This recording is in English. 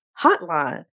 Hotline